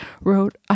wrote